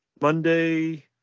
Monday